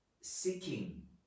seeking